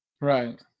Right